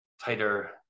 tighter